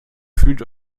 fühlt